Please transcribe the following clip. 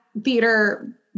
theater